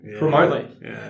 remotely